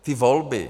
Ty volby.